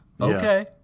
okay